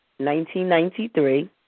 1993